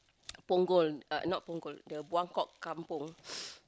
Punggol uh not Punggol the Buangkok kampung